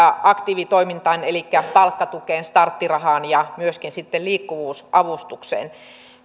aktiivitoimintaan elikkä palkkatukeen starttirahaan ja myöskin sitten liikkuvuusavustukseen